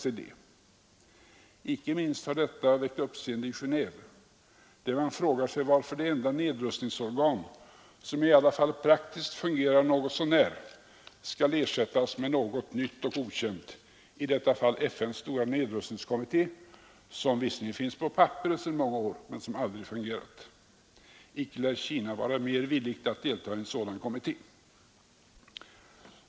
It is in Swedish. Inte minst i Genéve har detta väckt uppseende, där man frågar sig varför det enda nedrustningsorgan som praktiskt fungerar något så när skall ersättas med något nytt och okänt, i detta fall FN:s stora nedrustningskommitté, som visserligen finns på papperet sedan många år men som aldrig fungerat. Inte lär Kina vara mera villigt att delta i en sådan kommitté.